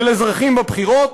של אזרחים בבחירות?